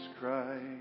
Christ